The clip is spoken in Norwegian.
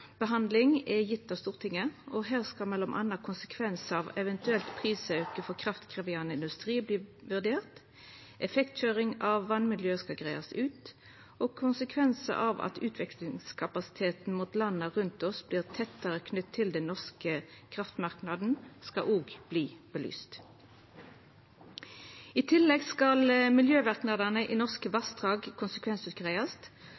er gjevne av Stortinget. Her skal m.a. konsekvensar av ein eventuell prisauke for kraftkrevjande industri vurderast og effektkøyring av vassmiljø greiast ut, og konsekvensar av at utvekslingskapasiteten mot landa rundt oss vert tettare knytt til den norske kraftmarknaden, skal òg belysast. I tillegg skal miljøverknadene i norske